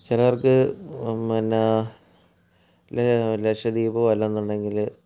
ചിലർക്ക് പിന്നെ ലക്ഷദ്വീപ് അല്ലെന്നുണ്ടെങ്കിൽ